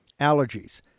allergies